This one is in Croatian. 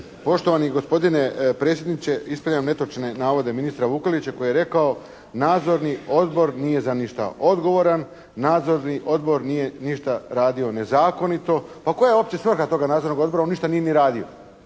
Poštovani gospodine predsjedniče, ispravljam netočne navode ministra Vukelića koji je rekao nadzorni odbor nije za ništa odgovoran. Nadzorni odbor nije ništa radio nezakonito. Pa koja je uopće svrha toga nadzornog odbora, on ništa nije ni radio?